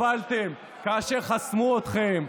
אתם סבלתם כאשר חסמו אתכם,